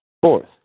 Fourth